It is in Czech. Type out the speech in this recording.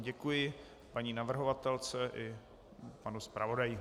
Děkuji paní navrhovatelce i panu zpravodaji.